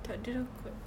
tak ada sudah kot